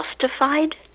justified